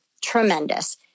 Tremendous